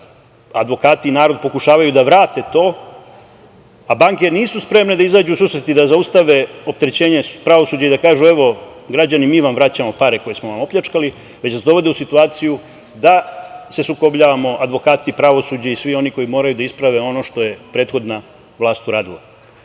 sada advokati i narod pokušavaju da vrate to, a banke nisu spremne da izađu u susret i da zaustave opterećenje pravosuđa i da kažu – evo, građani mi vam vraćamo pare koje smo vam opljačkali, već nas dovode u situaciju da se sukobljavamo advokati, pravosuđe i svi oni koji moraju da isprave ono što je prethodna vlast